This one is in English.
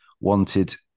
wanted